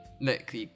Look